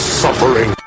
suffering